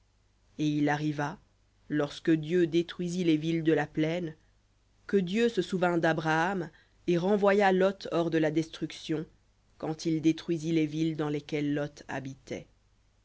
et il arriva lorsque dieu détruisit les villes de la plaine que dieu se souvint d'abraham et renvoya lot hors de la destruction quand il détruisit les villes dans lesquelles lot habitait